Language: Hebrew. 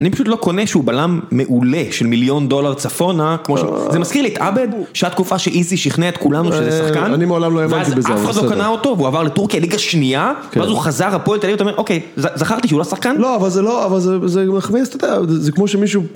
אני פשוט לא קונה שהוא בלם מעולה של מיליון דולר צפונה, זה מזכיר לי את עבד שהיתה תקופה שאיזי שכנע את כולנו שזה שחקן. אני מעולם לא האמנתי בזה, אבל בסדר. אז אף אחד לא קנה אותו והוא עבר לטורקיה ליגה שנייה, ואז הוא חזר הפועל תל אביב, אתה אומר, אוקיי, זכרתי שהוא לא שחקן? לא, אבל זה לא, אבל זה מכניס, אתה יודע, זה כמו שמישהו...